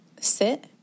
sit